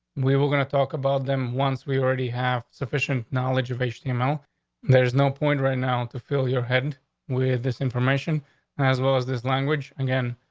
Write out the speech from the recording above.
we were going to talk about them once. we already have sufficient knowledge of asian amount. there's no point right now to fill your head with this information as well as this language again.